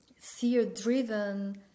fear-driven